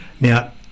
Now